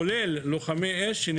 כולל לוחמי אש.